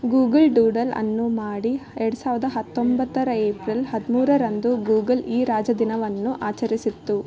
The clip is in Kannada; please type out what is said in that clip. ಗೂಗಲ್ ಡೂಡಲನ್ನು ಮಾಡಿ ಎರಡು ಸಾವಿರದ ಹತ್ತೊಂಬತ್ತರ ಏಪ್ರಿಲ್ ಹದಿಮೂರರಂದು ಗೂಗಲ್ ಈ ರಜಾದಿನವನ್ನು ಆಚರಿಸಿತ್ತು